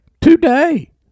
today